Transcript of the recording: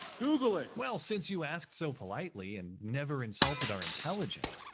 google it! well, since you asked so politely, and never insulted our intelligence.